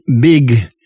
big